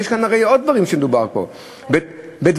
יש הרי עוד דברים שמדובר בהם פה, אתה צודק.